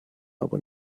aber